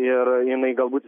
ir jinai galbūt